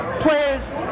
players